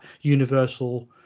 universal